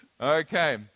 Okay